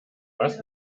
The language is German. was